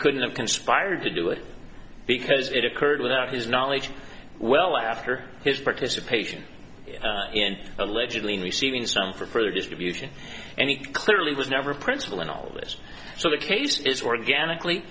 couldn't have conspired to do it because it occurred without his knowledge well after his participation in allegedly receiving some for further distribution and he clearly was never principle in all this so the case is organically